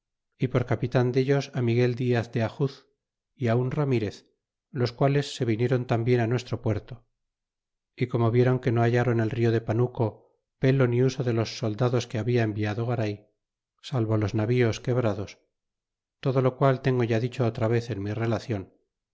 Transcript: y por capitan dellos miguel diaz de ajuz un ramirez los quales se vinieron tambien nuestro puerto y como vieron que no hallron el rio de panuco pelo ni uso de los soldados que habia enviado garay salvo los navíos quebrados todo lo qual tengo ya dicho otra vez en mi relacion